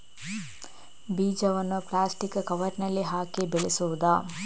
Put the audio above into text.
ಬೀಜವನ್ನು ಪ್ಲಾಸ್ಟಿಕ್ ಕವರಿನಲ್ಲಿ ಹಾಕಿ ಬೆಳೆಸುವುದಾ?